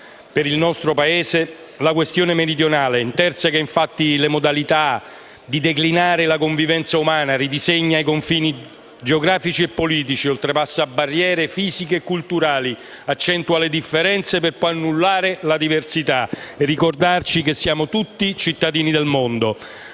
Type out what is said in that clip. per il nostro Paese la questione meridionale. Essa, infatti, interseca le modalità di declinazione della convivenza umana, ridisegna i confini geografici e politici, oltrepassa barriere fisiche e culturali, accentua le differenze per poi annullare la diversità per ricordarci che siamo tutti cittadini del mondo.